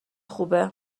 خوبه